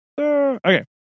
Okay